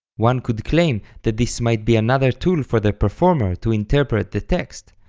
one could claim that this might be another tool for the performer to interpret the text,